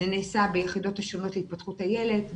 זה נעשה ביחידות השונות להתפתחות הילד,